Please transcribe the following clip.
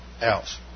else